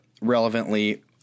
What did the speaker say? relevantly